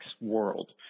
world